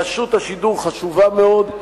רשות השידור חשובה מאוד,